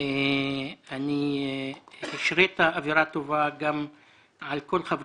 אתה אדם עם קשב רב